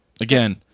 Again